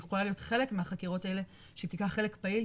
יכולה להיות חלק מהחקירות האלה - שתיקח חלק פעיל,